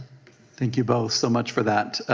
thank you both so much for that.